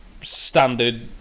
standard